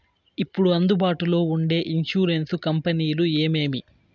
ఇప్పుడు అందుబాటులో ఉండే ఇన్సూరెన్సు కంపెనీలు ఏమేమి?